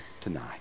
tonight